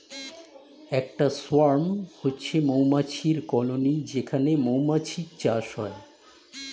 একটা সোয়ার্ম হচ্ছে মৌমাছির কলোনি যেখানে মৌমাছির চাষ হয়